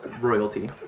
royalty